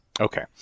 okay